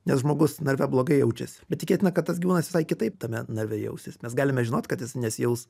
nes žmogus narve blogai jaučiasi bet tikėtina kad tas gyvūnas visai kitaip tame narve jausis mes galime žinot kad jis nesijaus